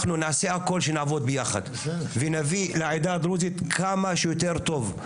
אנחנו נעשה הכול שנעבוד ביחד ונביא לעדה הדרוזית כמה שיותר טוב.